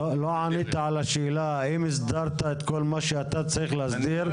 -- אבל לא ענית על השאלה אם הסדרת את כל מה שאתה צריך להסדיר,